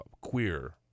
queer